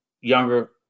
younger